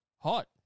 Hot